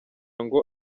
ngo